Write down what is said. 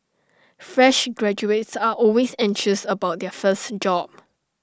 fresh graduates are always anxious about their first job